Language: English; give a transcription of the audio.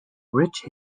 rich